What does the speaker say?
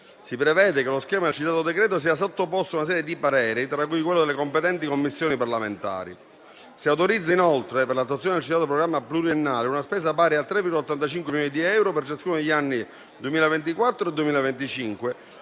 Si prevede che lo schema del citato decreto sia sottoposto a una serie di pareri, tra cui quello delle competenti Commissioni parlamentari. Inoltre, si autorizza per l'attuazione del citato programma pluriennale una spesa pari a 3,85 milioni di euro per ciascuno degli anni 2024 e 2025